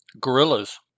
gorillas